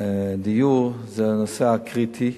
שנושא הדיור זה הנושא הקריטי,